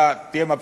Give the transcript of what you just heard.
אתה תהיה מבסוט,